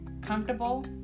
comfortable